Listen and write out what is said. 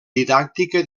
didàctica